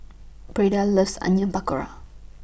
Beda loves Onion Pakora